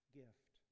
gift